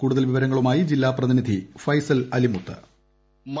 കൂടുതൽ വിവരങ്ങളുമായി ജില്ലാ പ്രതിനിധി ഫൈസൽ അലിമുത്ത് വോയിസ്